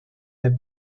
der